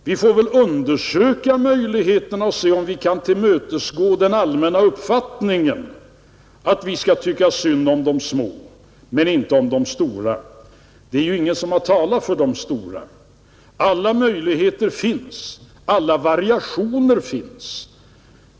Vi får väl undersöka möjligheterna och se om vi kan tillmötesgå den allmänna uppfattningen så, att vi tycker synd om de små, men inte om de stora — det är ju ingen som har talat för dem. Alla möjligheter finns ju, och alla variationer finns.